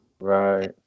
Right